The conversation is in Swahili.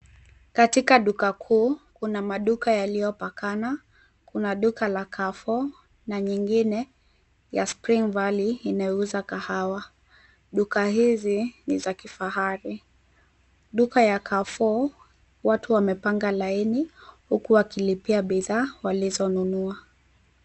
Katikati duka kuu kuna maduka yaliyopakana. Kuna duka la Carrefour na nyingine ya spring valley inayoouza kahawa. Duka hizi ni za kifahari. Duka ya Carrefour watu wamepanga laini huku walizonunua.